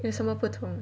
有什么不同